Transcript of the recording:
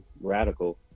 radical